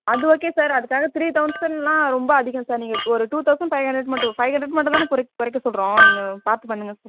அது okay sir அதுக்காக three தொளசண்ட்லாம் ரொம்ப அதிகம் சார் நீங்கள் ஒரு டூ தொளசண்ட் ஃபைவ் ஹண்ட்ரெட்க்கு மட்டும் ஃபைவ் ஹண்ட்க்ரெடுக்கு மட்டும் தானே குறைக் குறைக்க சொல்கிறோம் நீங்கள் பார்த்து பண்ணுங்கள் சார்